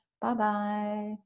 Bye-bye